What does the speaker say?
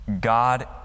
God